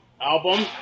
album